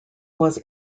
was